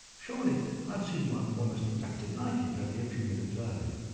surely i'd seen one almost exactly like it only a few minutes earlier.